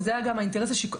וזה היה גם האינטרס הציבורי,